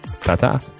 Ta-ta